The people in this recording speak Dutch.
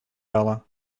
bellen